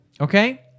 Okay